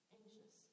anxious